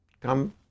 come